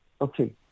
okay